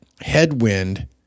headwind